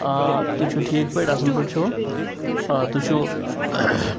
آ تُہۍ چھُو ٹھیٖک پٲٹھۍ اَصٕل پٲٹھۍ چھُوٕ آ تُہۍ چھُو